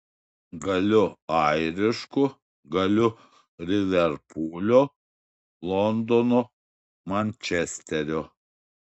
galiu airišku galiu liverpulio londono mančesterio